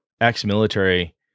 ex-military